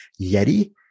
Yeti